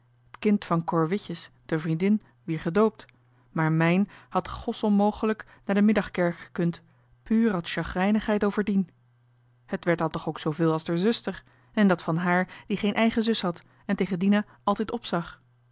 kind van cor witjes d'er vriendin wier gedoopt maar mijn had gosonmogeluk naar de middagkerk gekund puur uit sjagrijnigheid over dien het werd dan toch ook zooveul als d'er zuster en dat van haar die geen eigen zus had en tegen dina altijd opzag